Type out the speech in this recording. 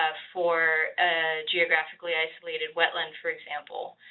ah for ah geographically isolated wetlands for example,